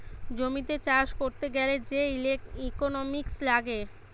জমিতে চাষ করতে গ্যালে যে ইকোনোমিক্স লাগে